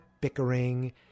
bickering